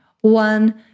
one